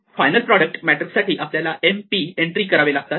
final product matrix साठी आपल्याला m p entry करावे लागतात